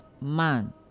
man